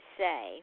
say